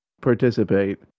participate